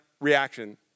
reaction